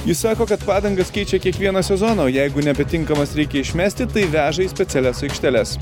jis sako kad padangas keičia kiekvieną sezoną o jeigu nebetinkamas reikia išmesti tai veža į specialias aikšteles